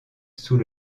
sous